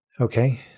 Okay